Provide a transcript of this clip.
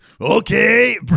Okay